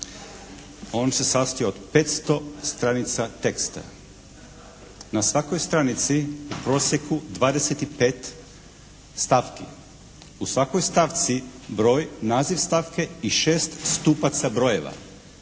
On se sastoji od 500 stranica teksta. Na svakoj stranici u prosjeku 25 stavki. U svakoj stavci broj, naziv stavke i šest stupaca brojeva.